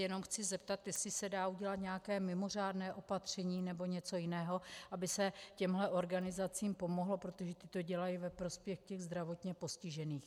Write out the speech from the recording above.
Jenom se chci zeptat, jestli se dá udělat nějaké mimořádné opatření nebo něco jiného, aby se těmhle organizacím pomohlo, protože ty to dělají ve prospěch zdravotně postižených.